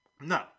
no